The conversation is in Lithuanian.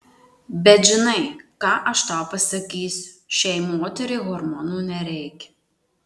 bet žinai ką aš tau pasakysiu šiai moteriai hormonų nereikia